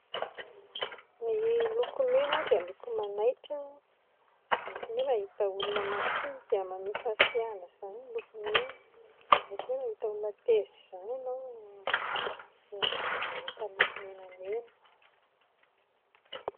Ny loko mena dia loko manaitra, ohatran'ny hoe mahita olona masiaka maneho fahasiahana izany ny loko mena, ohatran'ny hoe mahita olona tezitra izany ianao mahita loko mena